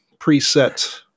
preset